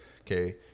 Okay